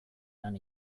lan